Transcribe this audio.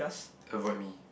avoid me